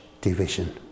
division